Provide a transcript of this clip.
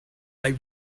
they